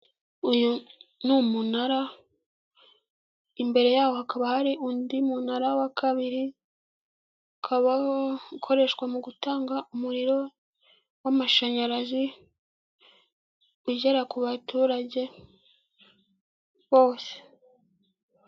Uyu ni umunara imbere yawo hakaba hari undi munara wa kabiri, ukaba wo ukoreshwa mu gutanga umuriro w'amashanyarazi ugera ku baturage bose.